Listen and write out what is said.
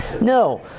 no